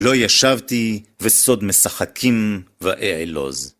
לא ישבתי, וסוד משחקים, ואעלוז.